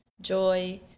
joy